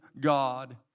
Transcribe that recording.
God